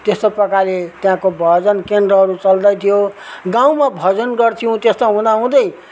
त्यस्तो प्रकारले त्यहाँको भजन केन्द्रहरू चल्दै थियो गाउँमा भजन गर्थ्यौँ त्यस्तो हुँदाहुँदै